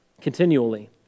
continually